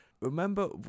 remember